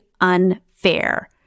unfair